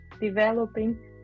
developing